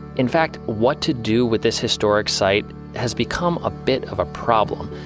in fact what to do with this historic site has become a bit of a problem.